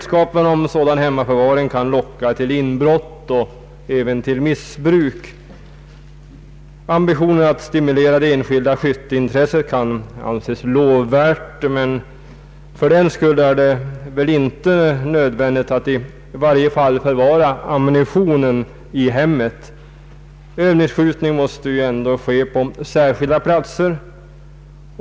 Vetskapen om sådan hemmaförvaring kan locka till inbrott och även till missbruk. Ambitionen att stimulera det enskilda skytteintresset kan anses lovvärd, men fördenskull är det väl inte nödvändigt att i varje fall förvara ammunitionen i hemmet. Övningsskjutningen måste ju ändå ske på särskilda platser.